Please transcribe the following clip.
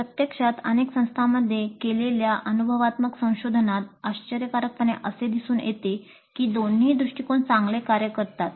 प्रत्यक्षात अनेक संस्थांमध्ये केलेल्या अनुभवात्मक संशोधनात आश्चर्यकारकपणे असे दिसून येते की दोन्ही दृष्टिकोन चांगले कार्य करतात